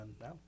now